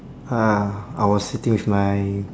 uh I was sitting with my